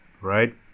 right